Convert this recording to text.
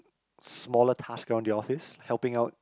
smaller tasks around the office helping out